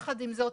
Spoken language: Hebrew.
יחד עם זאת,